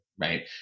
right